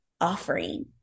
offering